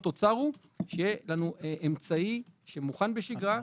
המטרה היא שיהיה לנו אמצעי שמוכן בשגרה,